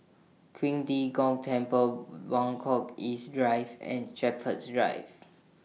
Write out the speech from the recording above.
Qing De Gong Temple Buangkok East Drive and Shepherds Drive